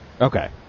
Okay